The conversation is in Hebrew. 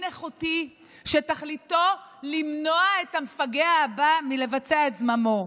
איכותי שתכליתו למנוע מהמפגע הבא לבצע את זממו.